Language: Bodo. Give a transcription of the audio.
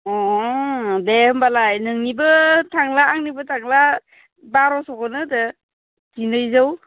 दे होमबालाय नोंनिबो थांला आंनिबो थांला बार'श'खौनो होदो जिनैजौ